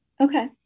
Okay